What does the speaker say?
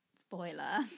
spoiler